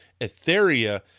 Etheria